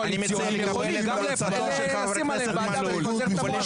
קואליציוניים אפשר לשים עליהם ועדה ולפטר את המועצה.